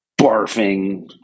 barfing